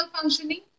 functioning